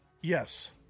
Yes